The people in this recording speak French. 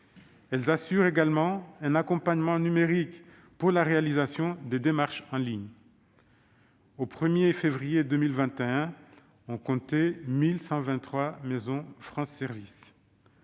Elles assurent également un accompagnement numérique pour la réalisation des démarches en ligne. Au 1 février 2021, on comptait 1 123 maisons France Services